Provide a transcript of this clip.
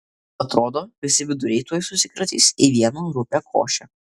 atrodo visi viduriai tuoj susikratys į vieną rupią košę